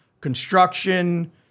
construction